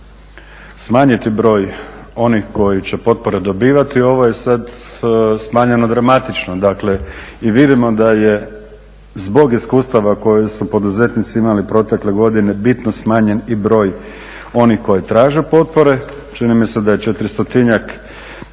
smanjiti broj onih koji će potpore dobivati. Ovo je sad smanjeno dramatično, dakle i vidimo da je zbog iskustava koje su poduzetnici imali protekle godine, bitno smanjen i broj onih koji traže potpore. Čini mi se da je 400-tinjak